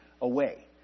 away